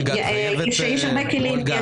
יש הרבה כלים.